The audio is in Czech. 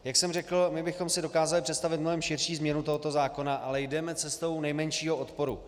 Jak jsem řekl, my bychom si dokázali představit mnohem širší změnu tohoto zákona, ale jdeme cestou nejmenšího odporu.